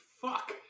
fuck